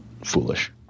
foolish